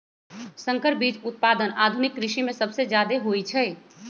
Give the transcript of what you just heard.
संकर बीज उत्पादन आधुनिक कृषि में सबसे जादे होई छई